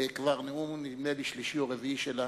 כבר נאום, נדמה לי, שלישי או רביעי שלה.